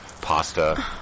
pasta